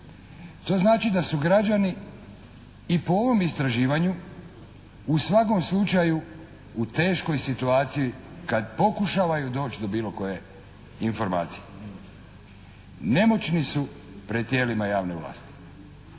To znači da su građani i po ovom istraživanju u svakom slučaju u teškoj situaciji kad pokušavaju doći do bilo koje informacije. Nemoćni su pred tijelima javne vlasti.